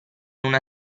una